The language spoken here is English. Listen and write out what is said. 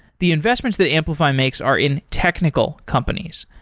the investments the amplify makes are in technical companies,